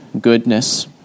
goodness